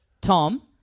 Tom